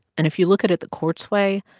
and if you look at it the court's way,